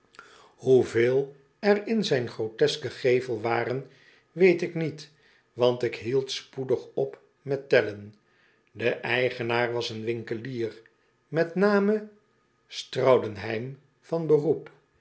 hoeveel er in zijn grotesken gevel waren weet ik niet want ik hield spoedig op met tellen de eigenaar was een winkelier met name straudenheim van beroep